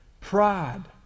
pride